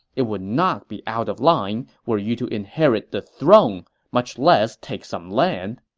it would not be out of line were you to inherit the throne, much less take some land.